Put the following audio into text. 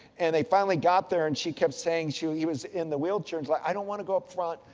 and, they finally got there and she kept saying, she was in the wheelchair, and like i don't want to go up front,